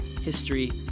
history